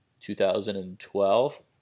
2012